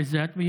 עיזת,